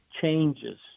changes